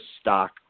stock